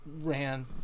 ran